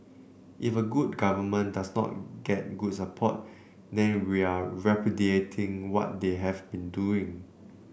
if a good government does not get good support then we are repudiating what they have been doing